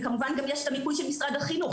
וכמובן יש גם את המיפוי של משרד החינוך.